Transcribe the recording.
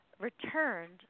returned